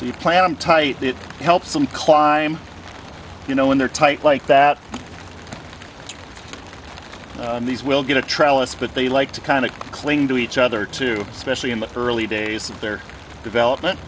so you plant them tight it helps them climb you know when they're tight like that and these will get to travel us but they like to kind of cling to each other too especially in the early days of their development